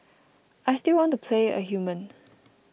I still want to play a human